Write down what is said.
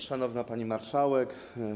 Szanowna Pani Marszałek!